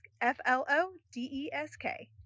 F-L-O-D-E-S-K